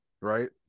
right